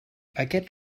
aquest